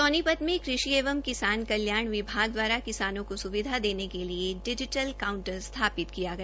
सोनीपत में कृषि एवं किसान कल्याण विभाग द्वारा किसानों को सुविधा देने के लिए डिजीटल काउंटर स्थापित किया गया